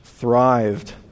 thrived